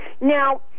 Now